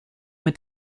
mit